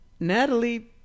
natalie